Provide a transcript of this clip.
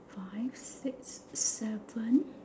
five six seven